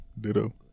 ditto